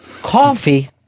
coffee